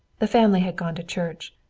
the family had gone to church.